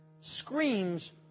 screams